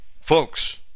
Folks